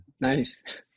Nice